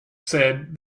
said